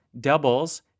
doubles